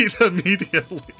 immediately